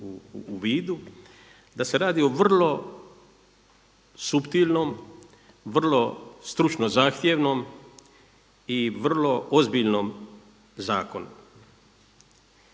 u vidu da se radi o vrlo suptilnom, vrlo stručno zahtjevnom i vrlo ozbiljnom zakonu.